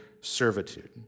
servitude